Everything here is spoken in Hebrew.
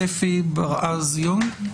אני גם רוצה להתייחס לאבדה הגדולה של הסופר א.ב.